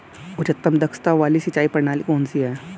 उच्चतम दक्षता वाली सिंचाई प्रणाली कौन सी है?